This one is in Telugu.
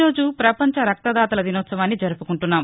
ఈరోజు ప్రపంచ రక్తదాతల దినోత్సవాన్ని జరుపుకుంటున్నాం